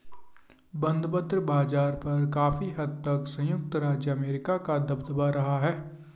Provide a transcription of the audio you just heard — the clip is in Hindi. बंधपत्र बाज़ार पर काफी हद तक संयुक्त राज्य अमेरिका का दबदबा रहा है